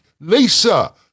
Lisa